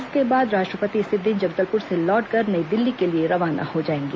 इसके बाद राष्ट्रपति इसी दिन जगदलपुर से लौटकर नई दिल्ली के लिए रवाना हो जाएंगे